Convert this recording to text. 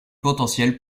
potentiel